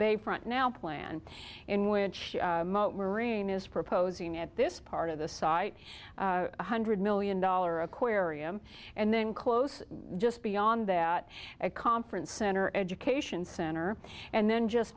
bay front now plan in which marine is proposing at this part of the site one hundred million dollar aquarium and then close just beyond that a conference center education center and then just